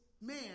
man